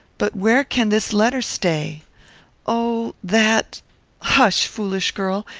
but where can this letter stay oh! that hush! foolish girl!